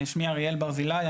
שמי אריאל ברזילי,